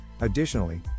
Additionally